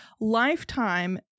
Lifetime